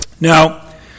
Now